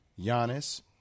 Giannis